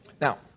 Now